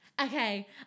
Okay